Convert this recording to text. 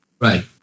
Right